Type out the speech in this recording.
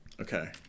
Okay